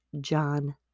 John